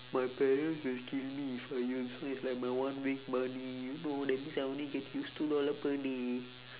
my parents will kill me if I use so it's like my one week money you know that means I only get to use two dollar per day